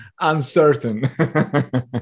uncertain